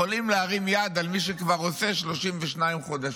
יכול להרים יד על מי שכבר עושה 32 חודשים,